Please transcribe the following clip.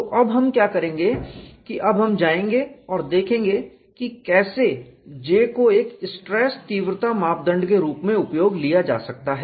तो अब हम क्या करेंगे कि हम जाएंगे और देखेंगे कि कैसे J को एक स्ट्रेस तीव्रता मापदंड के रूप में उपयोग लिया जा सकता है